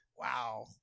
Wow